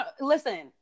listen